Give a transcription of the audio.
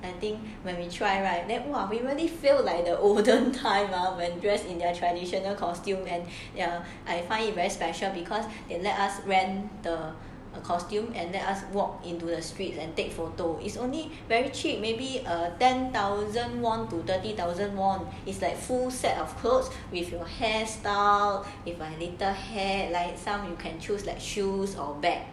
I think when we try right then !wow! we really feel like the olden time lah when dressed in their traditional costume and ya I find it very special because they let us rent the costume and let us walk into the streets and take photo is only very cheap maybe uh ten thousand won to thirty thousand won is like full set of clothes with your hairstyle in my little hat some can choose like shoes or bag